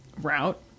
route